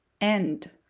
End